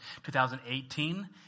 2018